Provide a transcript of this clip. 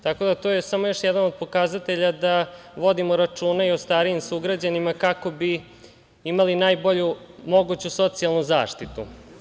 Tako da, to je samo još jedan od pokazatelja da vodimo računa i o starijim sugrađanima kako bi imali najbolju moguću socijalnu zaštitu.